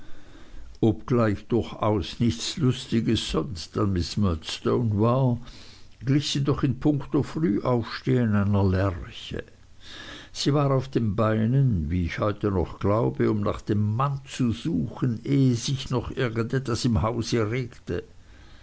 obgleich durchaus nichts luftiges sonst an miß murdstone war glich sie doch in puncto frühaufstehen einer lerche sie war auf den beinen wie ich heute noch glaube um nach dem mann zu suchen ehe sich noch irgend etwas im hause regte